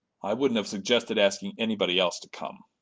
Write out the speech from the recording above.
i wouldn't have suggested asking anybody else to come.